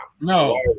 No